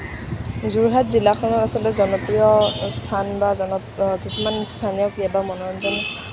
যোৰহাট জিলাখনত আচলতে জনপ্ৰিয় স্থান বা জন কিছুমান স্থানীয় ক্ৰীড়া বা মনোৰঞ্জন